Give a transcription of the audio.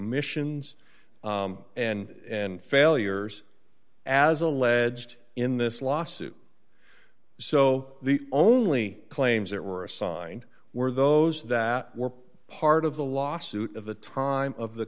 omissions and failures as alleged in this lawsuit so the only claims that were assigned were those that were part of the lawsuit of the time of the